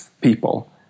people